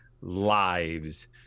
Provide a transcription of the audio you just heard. lives